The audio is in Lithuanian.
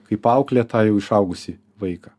kaip auklė tą jau išaugusį vaiką